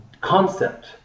concept